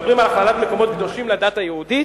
מדברים על הכללת מקומות קדושים לדת היהודית,